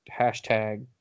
hashtag